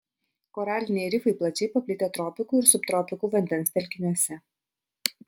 koraliniai rifai plačiai paplitę tropikų ir subtropikų vandens telkiniuose